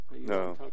No